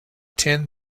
ten